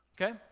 Okay